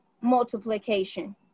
multiplication